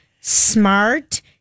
smart